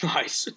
Nice